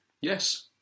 Yes